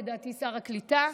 לדעתי שר הקליטה.